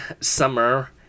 Summer